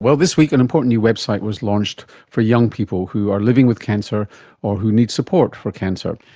well, this week an important new website was launched for young people who are living with cancer or who need support for cancer,